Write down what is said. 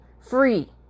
free